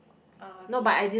ah okay